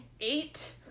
eight